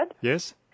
Yes